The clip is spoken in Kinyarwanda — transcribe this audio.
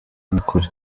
n’ukuri